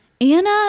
Anna